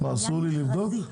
אסור לי לבדוק?